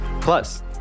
Plus